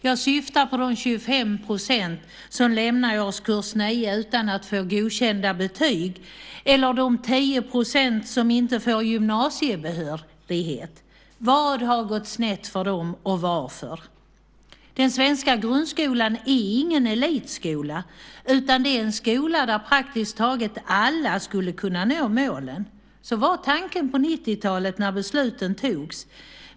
Jag syftar på de 25 % som lämnar årskurs 9 utan att få godkända betyg eller de 10 % som inte får gymnasiebehörighet. Vad har gått snett för dem och varför? Den svenska grundskolan är ingen elitskola, utan det är en skola där praktiskt taget alla skulle kunna nå målen. Så var tanken på 90-talet när besluten togs.